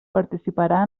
participarà